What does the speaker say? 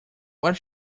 what